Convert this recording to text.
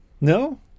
no